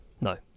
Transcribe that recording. no